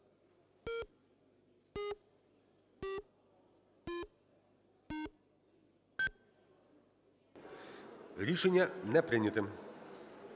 Рішення не прийнято.